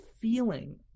feeling